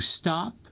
stop